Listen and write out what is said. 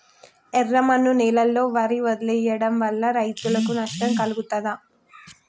ఎర్రమన్ను నేలలో వరి వదిలివేయడం వల్ల రైతులకు నష్టం కలుగుతదా?